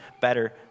better